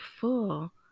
full